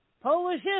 Polish